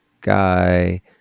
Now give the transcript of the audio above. Guy